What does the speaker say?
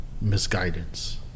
misguidance